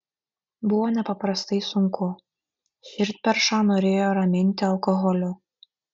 buvo nepaprastai sunku širdperšą norėjo raminti alkoholiu